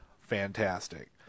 fantastic